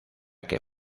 que